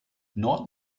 nord